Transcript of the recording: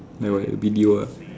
like what B D O ah